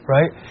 Right